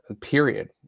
period